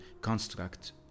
construct